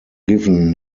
given